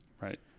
Right